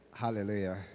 Hallelujah